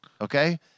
okay